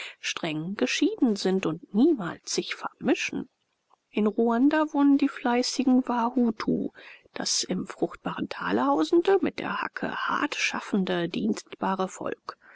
streng geschieden sind und niemals sich vermischen in ruanda wohnen die fleißigen wahutu das im fruchtbaren tale hausende mit der hacke hart schaffende dienstbare volk